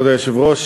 שלוש דקות